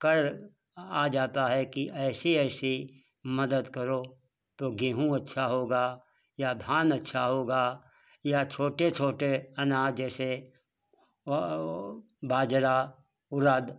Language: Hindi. कर आ जाता है कि ऐसी ऐसी मदद करो तो गेंहूँ अच्छा होगा या धान अच्छा होगा या छोटे छोटे अनाज जैसे बाजरा उड़द